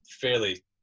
fairly